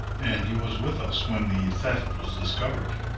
and he was with us when the theft was discovered.